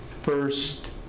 first